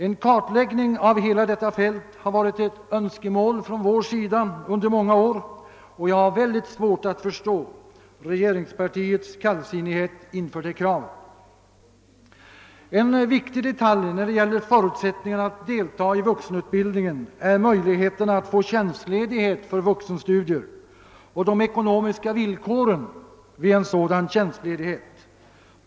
En kartläggning av hela detta fält har varit ett önskemål från vår sida under många år, och jag har mycket svårt att förstå regeringspartiets kallsinnighet inför det kravet. En viktig detalj vad beträffar förutsättningarna för att delta i vuxenutbildningen är möjligheterna att få tjänstledighet för vuxenstudier och de ekonomiska villkoren vid en sådan tjänstledighet.